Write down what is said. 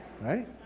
Right